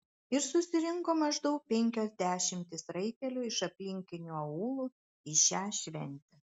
ir susirinko maždaug penkios dešimtys raitelių iš aplinkinių aūlų į šią šventę